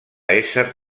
ésser